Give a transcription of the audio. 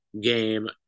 game